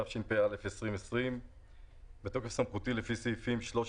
התשפ"א 2020 בתוקף סמכותי לפי סעיפים 13,